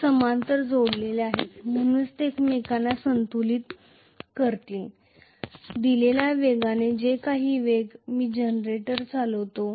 ते समांतर जोडलेले आहेत म्हणून ते एकमेकांना संतुलित करतील दिलेल्या वेगाने मी जनरेटर चालवितो